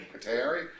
Terry